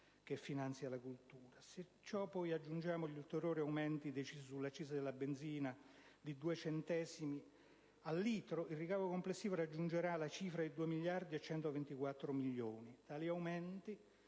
che finanzia la cultura! Se a ciò poi aggiungiamo gli ulteriori aumenti decisi sull'accisa della benzina di 2 centesimi al litro, il ricavo complessivo raggiungerà la cifra di 2.124 milioni di euro. Tali aumenti